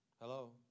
Hello